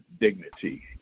dignity